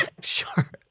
sure